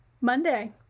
Monday